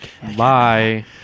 Bye